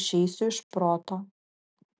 išeisiu iš proto